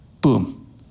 boom